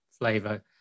flavor